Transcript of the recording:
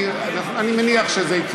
הוא מבסוט שאין